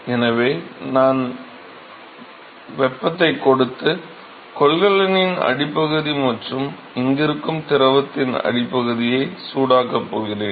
எனவே நான் வெப்பத்தை கொடுத்து கொள்கலனின் அடிப்பகுதி மற்றும் இங்கிருக்கும் திரவத்தின் அடிப்பகுதியை சூடாக்கப் போகிறேன்